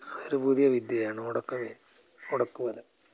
അതൊരു പുതിയ വിദ്യയാണ് ഉടക്ക് മീൻ ഉടക്കുവല